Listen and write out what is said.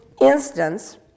instance